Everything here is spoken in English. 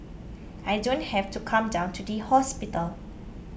I don't have to come down to the hospital